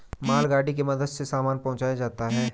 मालगाड़ी के मदद से सामान पहुंचाया जाता है